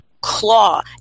claw